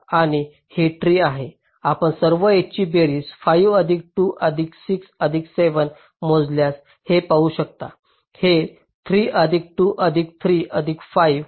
आणि हे ट्री आहे आपण सर्व एजची बेरीज 5 अधिक 2 अधिक 6 अधिक 7 मोजल्यास हे पाहू शकता हे 3 अधिक 2 अधिक 3 अधिक 5 असेल